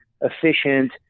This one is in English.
efficient